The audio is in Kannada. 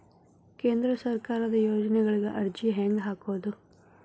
ಕೇಂದ್ರ ಸರ್ಕಾರದ ಯೋಜನೆಗಳಿಗೆ ಅರ್ಜಿ ಹೆಂಗೆ ಹಾಕೋದು?